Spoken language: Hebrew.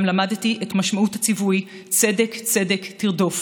למדתי את משמעות הציווי צדק צדק תרדוף,